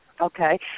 okay